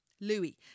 Louis